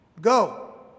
go